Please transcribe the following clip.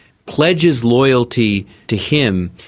pledges loyalty to him,